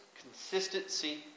consistency